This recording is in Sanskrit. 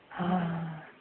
हा हा हा